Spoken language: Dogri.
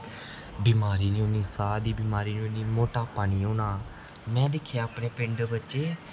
बमारी नेईं होनी साह् दी बमारी नेईं होनी मटापा नेईंहोना में दिक्खेआ अपने पिंड बच्चे